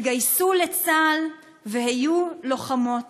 התגייסו לצה"ל והיו לוחמות.